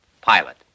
pilot